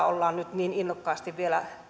ollaan nyt niin innokkaasti vielä